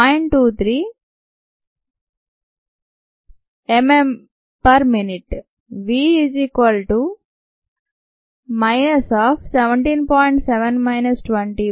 23 mMmin 1v 0